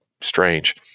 strange